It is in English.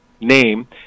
name